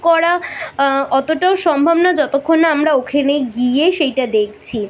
করা অতোটাও সম্ভব না যতোক্ষণ না আমরা ওখানে গিয়ে সেইটা দেখছি